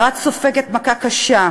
ערד סופגת מכה קשה.